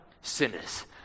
sinners